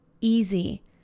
easy